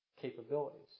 capabilities